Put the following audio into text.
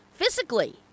Physically